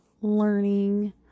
learning